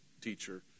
teacher